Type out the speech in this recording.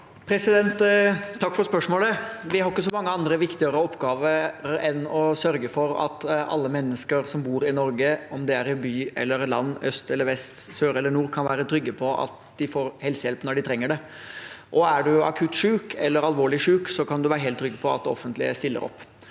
Takk for spørsmålet. Vi har ikke så mange andre viktigere oppgaver enn å sørge for at alle mennesker som bor i Norge – om det er i by eller land, øst eller vest, sør eller nord – kan være trygge på at de får helsehjelp når de trenger det. Er man akutt syk eller alvorlig syk, kan man være helt trygg på at det offentlige stiller opp.